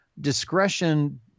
discretion